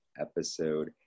episode